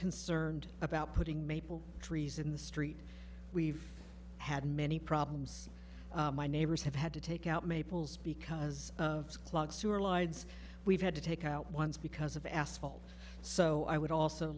concerned about putting maple trees in the street we've had many problems my neighbors have had to take out maples because of clogged sewer we've had to take out once because of asphalt so i would also